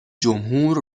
جمهور